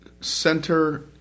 center